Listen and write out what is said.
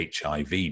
HIV